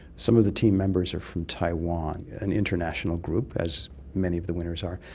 some of the team members are from taiwan, an international group, as many of the winners are.